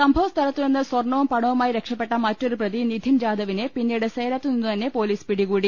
സംഭവസ്ഥലത്തുനിന്ന് സർണ്ണവും പണവുമായി രക്ഷപ്പെട്ട മറ്റൊരുപ്രതി നിധിൻ ജാദവിനെ പിന്നീട് സേലത്തു നിന്നു തന്നെ പൊലീസ് പിടികൂടി